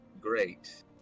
great